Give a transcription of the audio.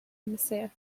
commissaire